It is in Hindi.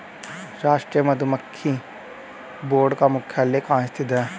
राष्ट्रीय मधुमक्खी बोर्ड का मुख्यालय कहाँ स्थित है?